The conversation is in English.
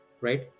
right